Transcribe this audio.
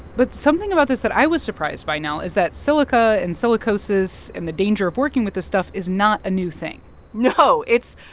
but something about this that i was surprised by now is that silica and silicosis and the danger of working with this stuff is not a new thing no. it's,